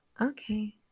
Okay